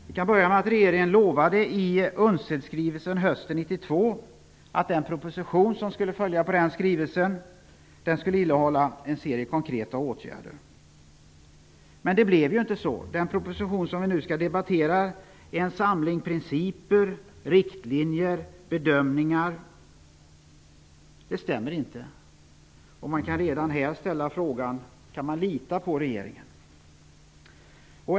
Vi kan börja med att ta upp att regeringen i UNCED-skrivelsen hösten 1992 lovade att den proposition som skulle följa på den skrivelsen skulle innehålla en serie konkreta åtgärder. Men så blev det inte. Den proposition som vi nu skall debattera innehåller en samling principer, riktlinjer och bedömningar. Det stämmer inte. Man kan redan här ställa frågan: Kan man lita på regeringen?